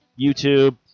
YouTube